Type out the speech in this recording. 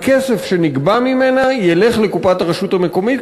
הכסף שנגבה ממנה ילך לקופת הרשות המקומית,